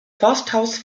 forsthaus